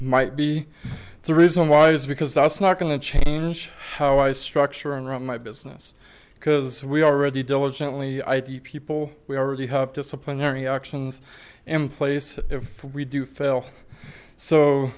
might be the reason why is because that's not going to change how i structure and run my business because we already diligently id people we already have disciplinary actions in place if we do fail so